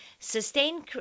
Sustained